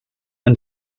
and